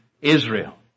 Israel